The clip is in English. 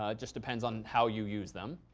ah just depends on how you use them.